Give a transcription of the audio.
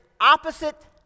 opposite